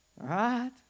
Right